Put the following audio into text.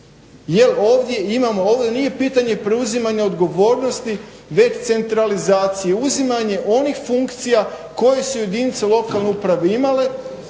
ovdje nije pitanje preuzimanja odgovornosti već centralizacije. Uzimanje onih funkcija koje su jedinice lokalne uprave imale